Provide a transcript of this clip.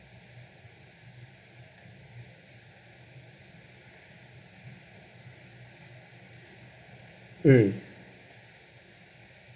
um